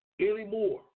anymore